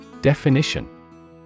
Definition